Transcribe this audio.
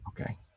Okay